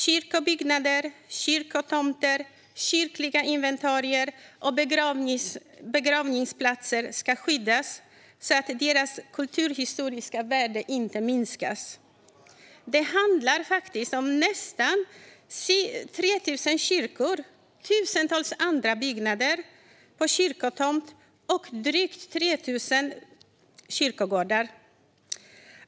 Kyrkobyggnader, kyrkotomter, kyrkliga inventarier och begravningsplatser ska skyddas så att deras kulturhistoriska värde inte minskas. Det handlar faktiskt om nästan 3 000 kyrkor, tusentals andra byggnader på kyrkotomter och drygt 3 000 kyrkogårdar.